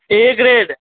a grade